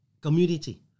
community